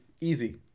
Easy